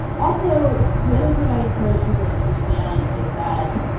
also, the other thing i encourage people to understand is that